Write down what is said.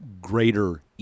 greater